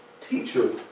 Teacher